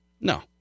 No